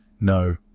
No